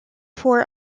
four